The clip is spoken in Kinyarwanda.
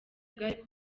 bwari